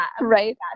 Right